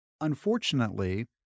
Unfortunately